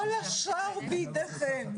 כל השאר בידיכם.